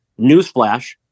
Newsflash